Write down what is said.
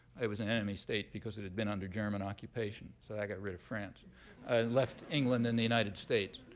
it was an enemy state because it had been under german occupation. so that got rid of france and left england and the united states.